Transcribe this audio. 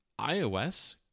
iOS